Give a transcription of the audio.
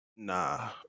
Nah